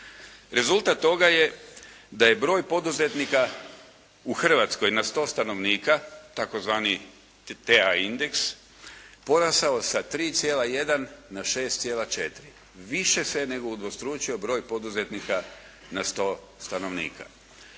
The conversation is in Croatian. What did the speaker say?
Rezultat toga je da je broj poduzetnika u Hrvatskoj na sto stanovnika tzv. TA indeks porastao sa 3,1 na 6,4. Više se nego udvostručio broj poduzetnika na sto stanovnika.